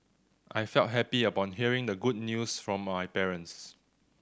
I felt happy upon hearing the good news from my parents